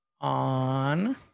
on